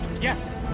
Yes